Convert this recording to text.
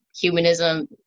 humanism